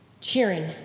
cheering